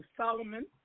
solomon